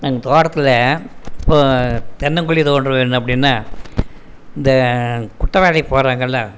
எங்கள் தோட்டத்தில் இப்போது தென்னங்குழி தோண்ட வேணும் அப்படீன்னா இந்த குட்டை வேலை போகிறாங்கள்ல